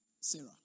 Sarah